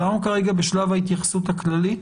אנחנו כרגע בשלב ההתייחסות הכללית.